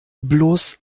bloß